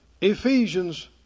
Ephesians